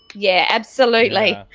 yeah. absolutely.